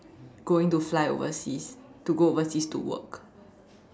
going to fly overseas to go overseas to work